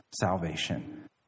salvation